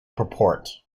purport